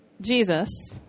Jesus